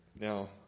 Now